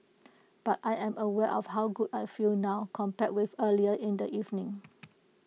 but I am aware of how good I feel now compare with earlier in the evening